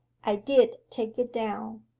i did take it down.